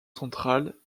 central